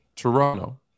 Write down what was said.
Toronto